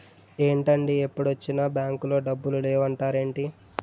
ఏంటండీ ఎప్పుడొచ్చినా బాంకులో డబ్బులు లేవు అంటారేంటీ?